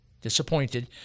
Disappointed